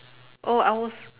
oh I was